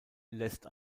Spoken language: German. lässt